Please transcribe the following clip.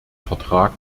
vertrag